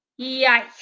Yikes